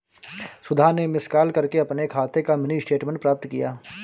सुधा ने miss call करके अपने खाते का मिनी स्टेटमेंट प्राप्त किया